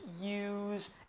use